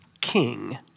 king